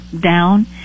down